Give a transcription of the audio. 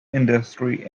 industry